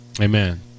Amen